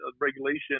regulation